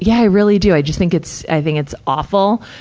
yeah i really do. i just think it's, i think it's awful.